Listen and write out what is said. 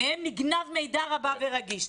ממנה נגנב מידע רב ורגיש.